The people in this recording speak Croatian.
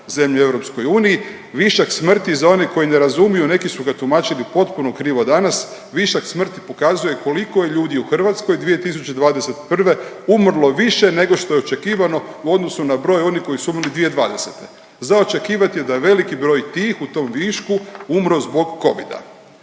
zemlje u EU, višak smrti, za one koji ne razumiju, neki su ga tumačili potpuno krivo danas, višak smrti pokazuje koliko je ljudi u Hrvatskoj 2021. umrlo više nego što je očekivano u odnosu na broj onih koji su umrli 2020. Za očekivati je da je veliki broj tih, u tom višku umro zbog Covida.